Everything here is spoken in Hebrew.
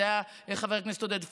אלה היו חבר הכנסת עודד פורר,